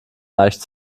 leicht